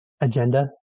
agenda